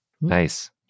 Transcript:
Nice